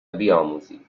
بیاموزید